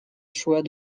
choix